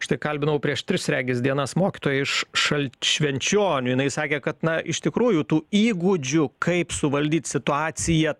štai kalbinau prieš tris regis dienas mokytoją iš šalč švenčionių jinai sakė kad na iš tikrųjų tų įgūdžių kaip suvaldyt situaciją